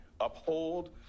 uphold